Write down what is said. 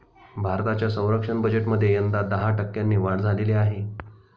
भारताच्या संरक्षण बजेटमध्ये यंदा दहा टक्क्यांनी वाढ झालेली आहे